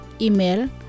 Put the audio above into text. Email